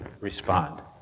respond